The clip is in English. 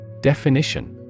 Definition